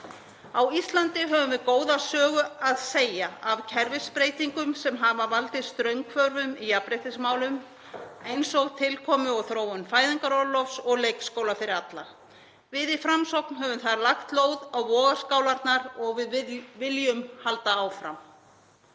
Á Íslandi höfum við góða sögu að segja af kerfisbreytingum sem hafa valdið straumhvörfum í jafnréttismálum, eins og tilkoma og þróun fæðingarorlofs og leikskóli fyrir alla. Við í Framsókn höfum þar lagt lóð á vogarskálarnar og við viljum halda áfram.